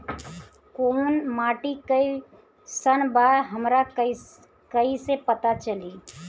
कोउन माटी कई सन बा हमरा कई से पता चली?